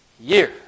year